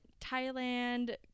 Thailand